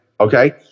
okay